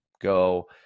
go